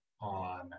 on